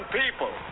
people